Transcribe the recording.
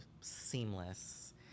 seamless